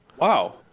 Wow